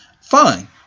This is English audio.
fine